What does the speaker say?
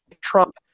Trump